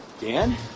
Dan